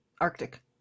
Arctic